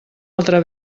altra